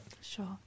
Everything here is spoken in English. Sure